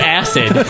acid